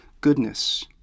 goodness